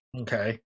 Okay